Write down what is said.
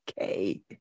Okay